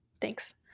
Thanks